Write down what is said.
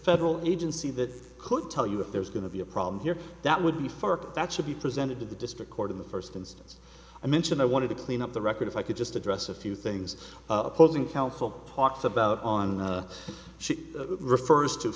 federal agency that could tell you if there's going to be a problem here that would be for that should be presented to the district court in the first instance i mentioned i wanted to clean up the record if i could just address a few things opposing counsel talked about on she refers to